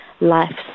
life